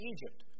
Egypt